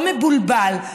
או מבולבל,